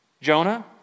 Jonah